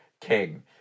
king